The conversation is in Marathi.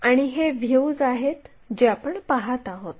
आणि हे व्ह्यूज आहेत जे आपण पाहत आहोत